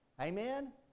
Amen